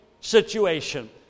situation